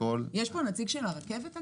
אגב, יש פה נציג של הרכבת?